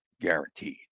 guaranteed